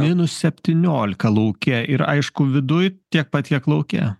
minus septyniolika lauke ir aišku viduj tiek pat kiek lauke